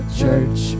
church